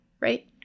right